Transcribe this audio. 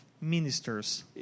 ministers